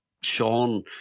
sean